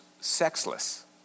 sexless